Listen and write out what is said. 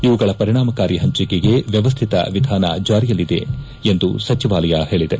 ಇವುಗಳ ಪರಿಚಾಮಕಾರಿ ಹಂಚಿಕೆಗೆ ವ್ಯವಸ್ಥಿತ ವಿಧಾನ ಜಾರಿಯಲ್ಲಿದೆ ಎಂದು ಸಚಿವಾಲಯ ಹೇಳಿದೆ